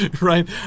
right